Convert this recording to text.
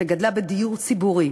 שגדלה בדיור ציבורי